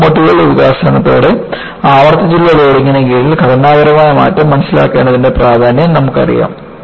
ലോക്കോമോട്ടീവുകളുടെ വികാസത്തോടെ ആവർത്തിച്ചുള്ള ലോഡിംഗിന് കീഴിൽ ഘടനാപരമായ പെരുമാറ്റം മനസിലാക്കേണ്ടതിന്റെ പ്രാധാന്യം നമുക്കറിയാം